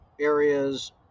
areas